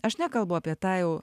aš nekalbu apie tą jau